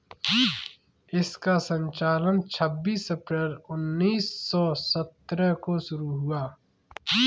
इसका संचालन छब्बीस अप्रैल उन्नीस सौ सत्तर को शुरू हुआ